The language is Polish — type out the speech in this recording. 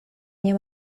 nie